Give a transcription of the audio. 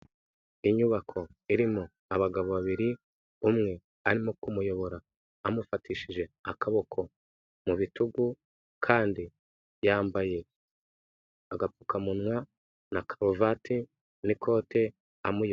Inyubako irimo abagabo babiri, umwe arimo kumuyobora bamufatishije akaboko mu bitugu, kandi yambaye agapfukamunwa na karuvati n'ikote amuyoboye.